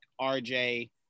RJ